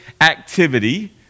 activity